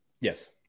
Yes